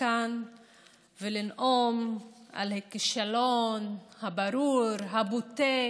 כאן ולנאום על הכישלון הברור והבוטה